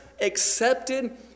accepted